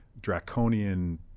draconian